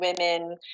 women